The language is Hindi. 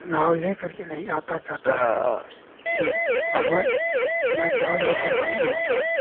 नाव ले करके नहीं आता जाता है कि भगवान मैं नाव लेकर नहीं आऊँगा